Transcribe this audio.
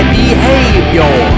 behavior